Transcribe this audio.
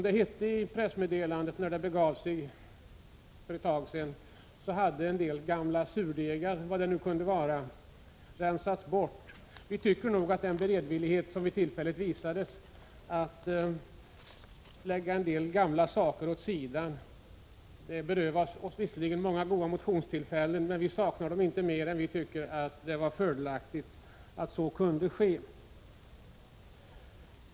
Det hette i det pressmeddelande som lämnades då det begav sig för någon tid sedan att en del gamla surdegar rensats bort. Vi tycker att den beredvillighet som vid tillfället visades att lägga en del gamla saker åt sidan var positiv. Därmed berövades vi visserligen många goda motionstillfällen, men vi saknar dem inte mer än att vi tycker att det är fördelaktigt att så kunde ske.